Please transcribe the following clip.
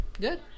Good